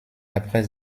après